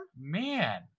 Man